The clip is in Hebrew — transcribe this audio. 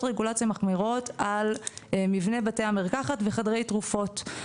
רגולציה מחמירות על מבני בתי המרקחת וחדרי תרופות.